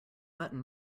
button